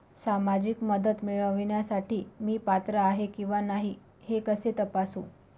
सामाजिक मदत मिळविण्यासाठी मी पात्र आहे किंवा नाही हे कसे तपासू?